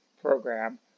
program